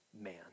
man